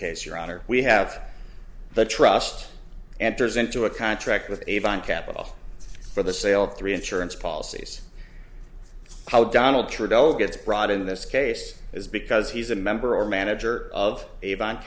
case your honor we have the trust and there's into a contract with avon capital for the sale of three insurance policies how donald trudeau gets brought in this case is because he's a member or manager of a